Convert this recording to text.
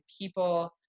people